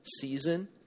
season